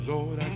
Lord